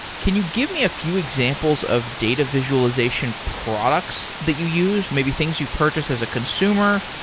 can you give me a few examples of data visualization products that you use? maybe things you purchase as a consumer,